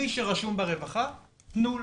מי שרשום ברווחה תנו לו,